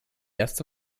erste